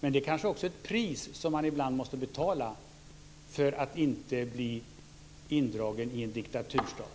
Men det kanske också är ett pris som man ibland måste betala för att inte bli indragen i en diktaturstat.